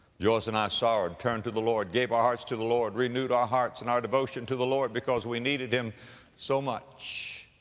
joyce and i sorrowed, turned to the lord, gave our ah hearts to the lord, renewed our hearts and our devotion to the lord because we needed him so much.